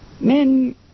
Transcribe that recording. Men